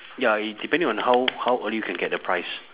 ya it depending on how how early you can get the price